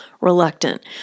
reluctant